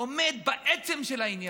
עומד בעצם של העניין,